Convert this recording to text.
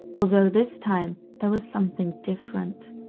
although this time there was something different.